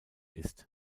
ist